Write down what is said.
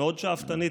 המאוד-שאפתנית,